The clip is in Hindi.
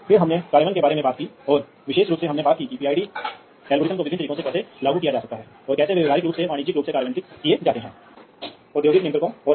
इसलिए ग्राहक के लिए विकल्प कई गुना बढ़ गए हैं यह प्रतिस्पर्धा को बढ़ावा देगा और सस्ती कीमत पर बेहतर गुणवत्ता और कार्यक्षमता के उत्पादों को लाएगा